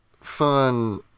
fun